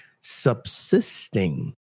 subsisting